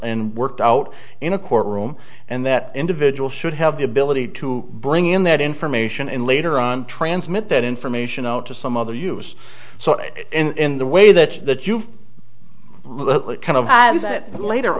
and worked out in a courtroom and that individual should have the ability to bring in that information in later on transmit that information out to some other use so that in the way that that you've kind of had is that later